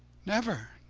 never,